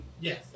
Yes